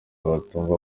batumva